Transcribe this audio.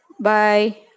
Bye